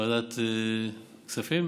לוועדת הכספים?